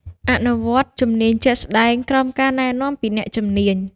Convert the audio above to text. អនុវត្តជំនាញជាក់ស្តែងក្រោមការណែនាំពីអ្នកជំនាញ។